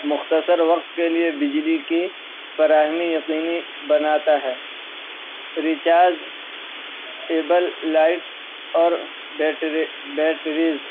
مختصر وقت کے لیے بجلی کی فراہمی یقینی بناتا ہے ریچارج ایبل لائٹس اور بیٹری بیٹریز